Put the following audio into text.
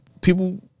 People